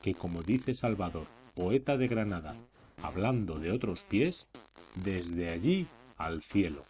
que como dice salvador poeta de granada hablando de otros pies desde allí al cielo